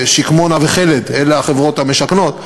"שקמונה" ו"חלד" אלה החברות המשכנות,